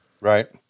Right